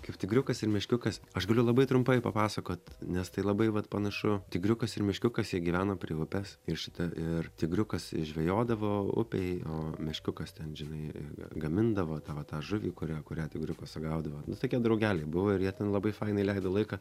kaip tigriukas ir meškiukas aš galiu labai trumpai papasakot nes tai labai vat panašu tigriukas ir meškiukas jie gyveno prie upės ir šitą ir tigriukas žvejodavo upėj o meškiukas ten žinai gamindavo tą va tą žuvį kurią kurią tigriukas sugaudavo tokie draugeliai buvo ir jie ten labai fainai leido laiką